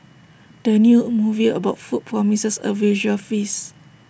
the new movie about food promises A visual feast